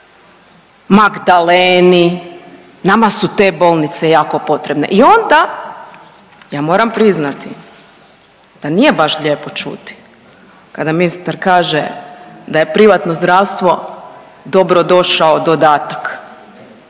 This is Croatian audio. Magdaleni. Nama su te bolnice jako potrebne. I onda ja moram priznati da nije baš lijepo čuti kada ministar kaže da je privatno zdravstvo dobro došao dodatak.